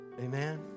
Amen